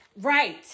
right